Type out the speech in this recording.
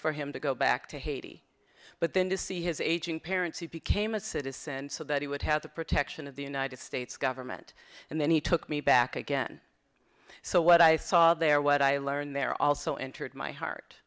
for him to go back to haiti but then to see his aging parents he became a citizen so that he would have the protection of the united states government and then he took me back again so what i saw there what i learned there also entered my heart